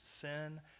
sin